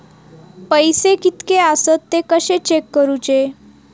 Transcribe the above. पैसे कीतके आसत ते कशे चेक करूचे?